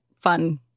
fun